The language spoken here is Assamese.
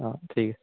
অঁ ঠিক আছে